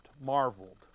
Marveled